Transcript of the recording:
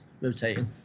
rotating